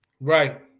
right